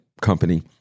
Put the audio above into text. company